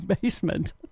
basement